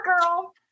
girl